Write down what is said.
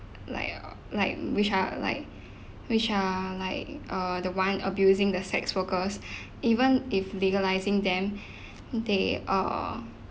like uh like which are like which are like uh the one abusing the sex workers even if legalising them they uh